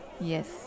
Yes